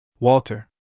Walter